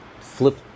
Flip